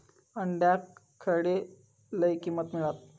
अंड्याक खडे लय किंमत मिळात?